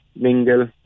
mingle